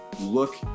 look